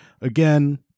again